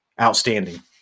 outstanding